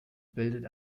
bildet